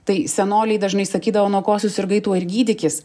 tai senoliai dažnai sakydavo nuo ko susirgai tuo ir gydykis